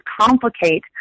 complicate